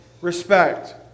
respect